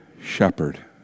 shepherd